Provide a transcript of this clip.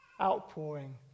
outpouring